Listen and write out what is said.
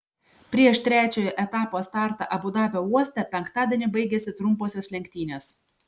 prieš trečiojo etapo startą abu dabio uoste penktadienį baigėsi trumposios lenktynės